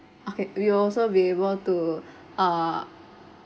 okay we will also be able to uh